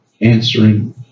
answering